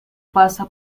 pasa